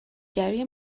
گری